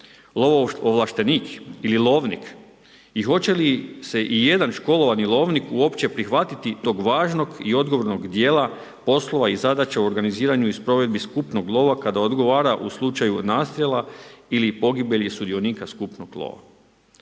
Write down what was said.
Lovoovlaštenik ili lovnik? I hoće li se i jedan školovani lovnik uopće prihvatiti tog važnog i odgovornog dijela, poslova i zadaća u organiziranju i provedbi skupnog lova, kada odgovara u slučaju nastrijela ili pogibelji sudionika skupnog lova.